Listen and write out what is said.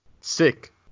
sick